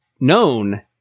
known